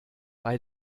bei